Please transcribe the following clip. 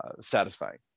satisfying